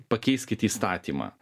pakeiskit įstatymą